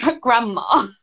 grandma